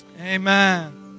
Amen